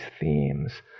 themes